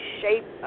shape